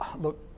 look